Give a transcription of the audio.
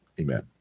Amen